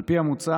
על פי המוצע,